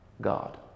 God